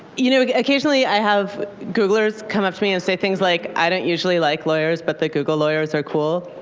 you know occasionally, i have googlers come up to me and say things like, i don't usually like lawyers, but the google lawyers are cool.